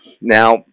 Now